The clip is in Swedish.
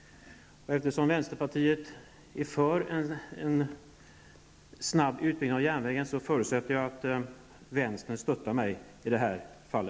Eftersom vänsterpartiet är för en snabb utbyggnad av järnvägen förutsätter jag att vänstern stöttar mig i detta fall.